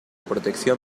protección